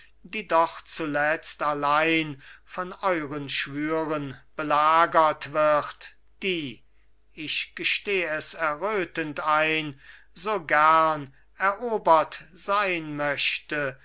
die doch zuletzt allein von euern schwüren belagert wird die ich gesteh es errötend ein so gern erobert sein möchte